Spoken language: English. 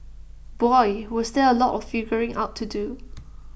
boy was there A lot of figuring out to do